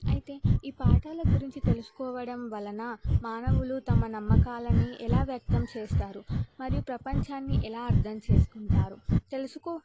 అయితే ఈ పాఠాల గురించి తెలుసుకోవడం వలన మానవులు తమ నమ్మకాలని ఎలా వ్యక్తం చేస్తారు మరియు ప్రపంచాన్ని ఎలా అర్థం చేసుకుంటారు తెలుసుకో